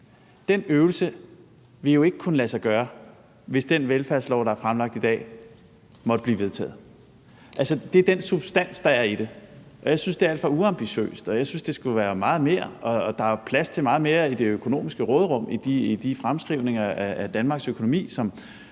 Den øvelse vil jo ikke kunne lade sig gøre, hvis den velfærdslov, der er fremlagt i dag, måtte blive vedtaget. Altså, det er den substans, der er i det, og jeg synes, det er alt for uambitiøst, og jeg synes, det skulle være meget mere. Og der er jo plads til meget mere i det økonomiske råderum i de fremskrivninger af Danmarks økonomi,